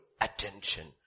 attention